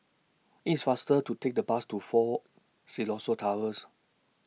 It's faster to Take The Bus to Fort Siloso Tours